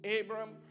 Abram